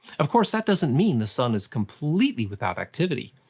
of course, that doesn't mean the sun is completely without activity.